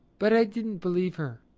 but i didn't believe her,